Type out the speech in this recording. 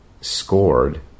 scored